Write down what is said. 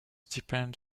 depend